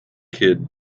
kid